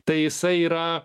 tai jisai yra